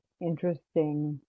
interesting